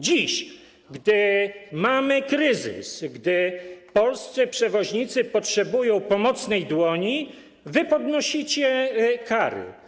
Dziś, gdy mamy kryzys, gdy polscy przewoźnicy potrzebują pomocnej dłoni, wy podnosicie kary.